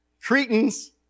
Cretans